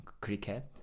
cricket